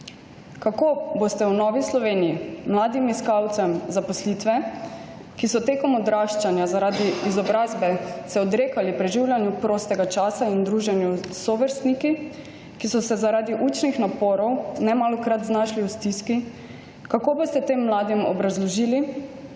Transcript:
Kako boste v Novi Sloveniji mladim iskalcem zaposlitve, ki so tekom odraščanja zaradi izobrazbe se odrekali preživljanju prostega časa in druženju s sovrstniki, ki so se zaradi učnih naporov nemalokrat znašli v stiski, kako boste tem mladim obrazložili